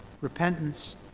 repentance